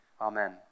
Amen